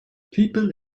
people